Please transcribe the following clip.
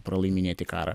pralaiminėti karą